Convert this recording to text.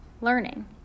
learning